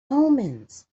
omens